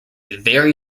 very